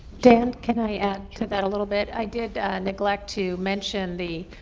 dan, can i add to that a little bit? i did neglect to mention the